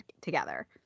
together